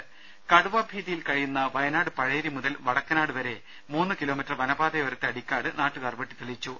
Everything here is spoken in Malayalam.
്്്്്് കടുവ ഭീതിയിൽ കഴിയുന്ന വയനാട് പഴേരി മുതൽ വടക്കനാട് വരെ മൂന്നു കിലോമീറ്റർ വനപാതയോരത്തെ അടിക്കാട് നാട്ടുകാർ വെട്ടി ത്തെളിച്ചു